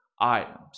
items